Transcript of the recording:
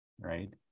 right